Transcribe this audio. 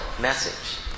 message